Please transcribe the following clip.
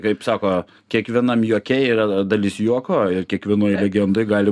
kaip sako kiekvienam juoke yra dalis juoko ir kiekvienoj legendoj gali